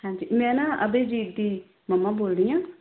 ਹਾਂਜੀ ਮੈਂ ਨਾ ਅਭੈਜੀਤ ਦੀ ਮੰਮਾ ਬੋਲ ਰਹੀ ਹਾਂ